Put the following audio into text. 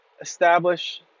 establish